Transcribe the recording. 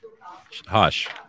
Hush